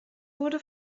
wurde